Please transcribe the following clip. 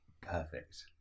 Perfect